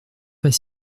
pas